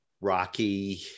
rocky